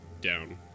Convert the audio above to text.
Down